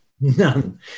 None